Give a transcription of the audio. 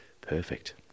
Perfect